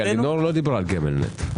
לינור לא דיברה על גמל-נט.